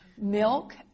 milk